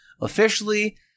officially